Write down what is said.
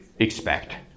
expect